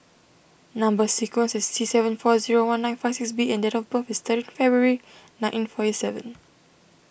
Number Sequence is T seven four zero one nine five six B and date of birth is thirteen February nineteen forty seven